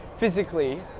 Physically